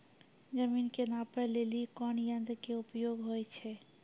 जमीन के नापै लेली कोन यंत्र के उपयोग होय छै?